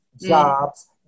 jobs